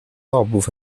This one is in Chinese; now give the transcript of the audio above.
大部份